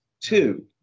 Two